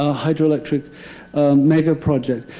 ah hydroelectric mega project.